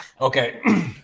Okay